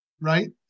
right